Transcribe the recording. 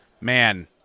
Man